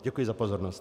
Děkuji za pozornost.